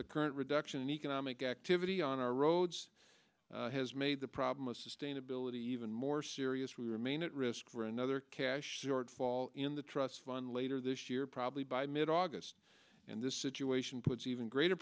the current reduction in economic activity on our roads has made the problem of sustainability even more serious we remain at risk for another cash shortfall in the trust fund later this year probably by mid august and this situation puts even greater